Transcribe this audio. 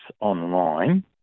online